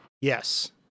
Yes